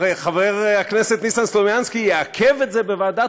חבר הכנסת ניסן סלומינסקי יעכב את זה בוועדת